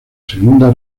segunda